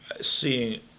seeing